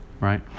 right